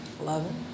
eleven